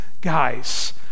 guys